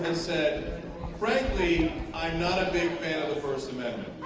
said frankly i'm not a big fan of the first amendment